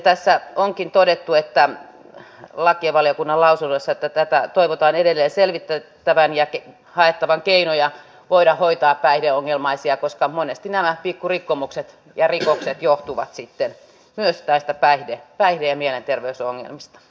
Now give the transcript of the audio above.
tässä lakivaliokunnan lasunnossa onkin todettu että tätä toivotaan edelleen selvitettävän ja haettavan keinoja voida hoitaa päihdeongelmaisia koska monesti nämä pikku rikkomukset ja rikokset johtuvat sitten myös näistä päihde ja mielenterveysongelmista